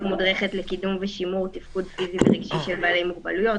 מודרכת לקידום ושימור תפקוד פיזי ורגשי של בעלי מוגבלויות,